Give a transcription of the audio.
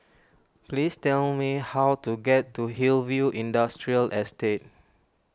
please tell me how to get to Hillview Industrial Estate